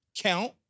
count